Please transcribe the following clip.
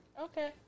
Okay